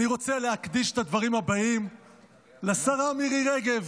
אני רוצה להקדיש את הדברים הבאים לשרה מירי רגב.